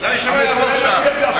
ודאי שלא יעבור שם, יעבור שם.